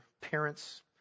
parents